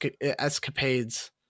escapades